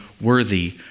worthy